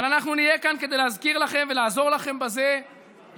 אבל אנחנו נהיה כאן כדי להזכיר לכם ולעזור לכם בזה יום-יום,